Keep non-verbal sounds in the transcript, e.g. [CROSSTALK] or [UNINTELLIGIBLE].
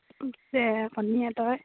[UNINTELLIGIBLE] কণীৰে তই